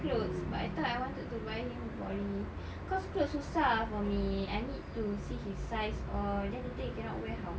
clothes but I thought I wanted to buy him body cause clothes susah ah for me I need to see his size all then later he cannot wear how